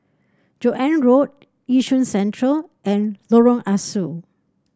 Joan Road Yishun Central and Lorong Ah Soo